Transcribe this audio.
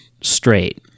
straight